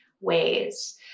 ways